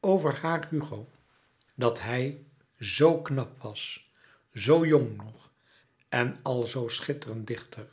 over haar hugo dat hij zoo knap was zoo jong nog en al zoo schitterend dichter